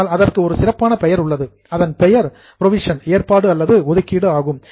ஆனால் அதற்கு ஒரு சிறப்பான பெயர் உள்ளது அதன் பெயர் ஏற்பாடு அல்லது ஒதுக்கீடு ஆகும்